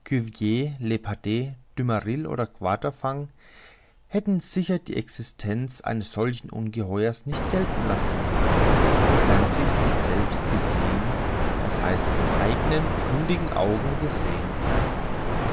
quatrefages hätten sicher die existenz eines solchen ungeheuers nicht gelten lassen sofern sie's nicht selbst gesehen d h mit eigenen kundigen augen gesehen